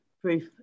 proof